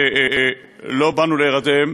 ולא באנו להירדם,